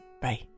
Bye